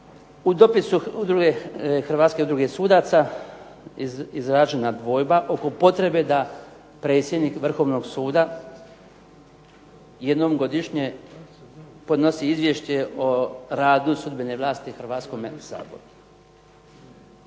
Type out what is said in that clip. u dopisu Hrvatske udruge sudaca izražena dvojba oko potrebe da predsjednik Vrhovnog suda jednom godišnje podnosi izvješće o radu sudbene vlasti Hrvatskome saboru.